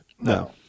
no